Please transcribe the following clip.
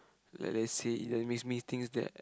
like let's say if it makes me think that